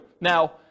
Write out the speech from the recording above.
Now